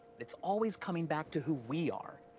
it's always coming back to who we are.